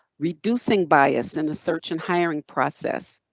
reducing bias in research and hiring process.